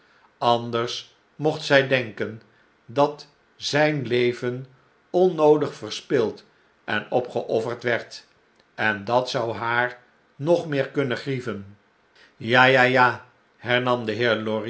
anders mocht zjj denken dat zijn leven onnoodig verspild en opgeofferd werd en dat zou haar nog meer kunnen grieven ja ja ja hernam de heer